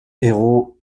future